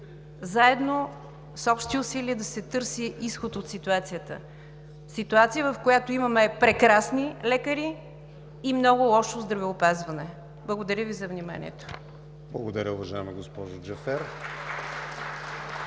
заедно, с общи усилия да се търси изход от ситуацията – ситуация, в която имаме прекрасни лекари и много лошо здравеопазване. Благодаря Ви за вниманието. (Ръкопляскания от „БСП